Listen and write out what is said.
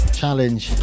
challenge